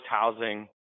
housing